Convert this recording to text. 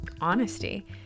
honesty